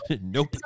Nope